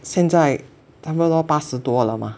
现在差不多八十多了嘛